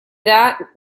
that